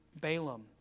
Balaam